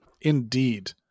Indeed